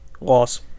Loss